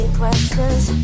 questions